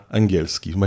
angielski